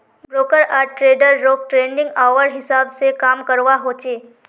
broker आर ट्रेडररोक trading hour हिसाब से काम करवा होचे